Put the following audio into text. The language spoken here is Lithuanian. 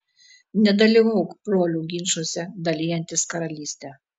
nedalyvauk brolių ginčuose dalijantis karalystę